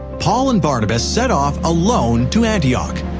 paul and barnabas set off alone to antioch.